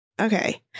Okay